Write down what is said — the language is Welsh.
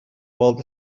weld